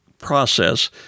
process